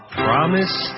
promise